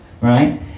right